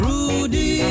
Rudy